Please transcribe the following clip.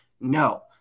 No